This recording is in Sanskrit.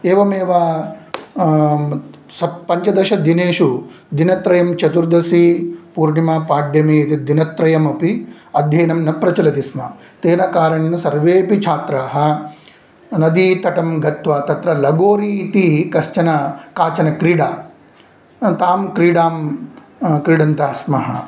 एवमेव सप् पञ्चदशदिनेषु दिनत्रयं चतुर्दशी पूर्णिमा पाड्यमी इति दिनत्रयमपि अध्ययनं न प्रचलति स्म तेन कारणेन सर्वेऽपि छात्राः नदीतटं गत्वा तत्र लगोरि इति कश्चन काचन क्रीडा तां क्रीडां क्रीडन्तः स्मः